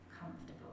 comfortable